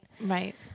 right